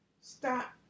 Stop